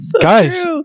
guys